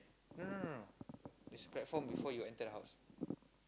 no no no no it's platform before you enter the house